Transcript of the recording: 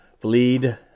Bleed